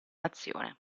nazione